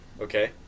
Okay